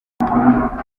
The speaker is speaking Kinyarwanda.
aha